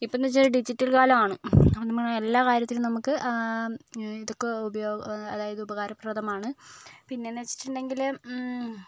ഇപ്പോഴെന്ന് വെച്ചാൽ ഡിജിറ്റൽ കാലമാണ് എല്ലാ കാര്യത്തിലും നമുക്ക് ഇതൊക്കെ ഉപയോഗ അതായത് ഉപകാരപ്രദമാണ് പിന്നെയെന്ന് വെച്ചിട്ടുണ്ടെങ്കിൽ